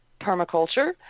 permaculture